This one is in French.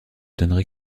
donnerai